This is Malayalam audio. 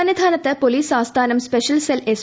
സന്നിധാനത്ത് പോലീസ് ആസ്ഥാനം സ്പെഷ്യൽ സെൽ എസ്